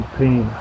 pain